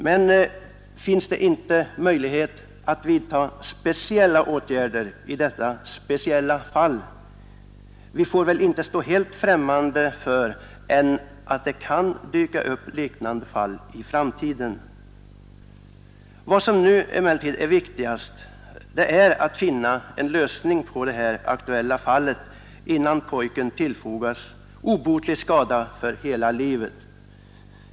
Men finns det inte möjlighet att vidta speciella åtgärder i detta speciella fall? Vi kan väl inte stå helt främmande för möjligheten att det kan dyka upp liknande fall i framtiden. Vad som nu emellertid är viktigast är att finna en lösning på det aktuella fallet innan pojken tillfogas obotlig skada för hela livet.